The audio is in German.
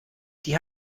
die